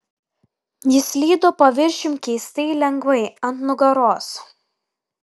jis slydo paviršium keistai lengvai ant nugaros